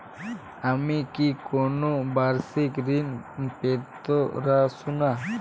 আমি কি কোন বাষিক ঋন পেতরাশুনা?